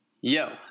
Yo